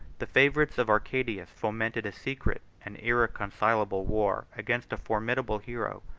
the favorites of arcadius fomented a secret and irreconcilable war against a formidable hero,